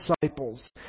disciples